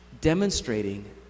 demonstrating